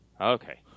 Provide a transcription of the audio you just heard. Okay